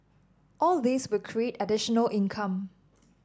all these will create additional income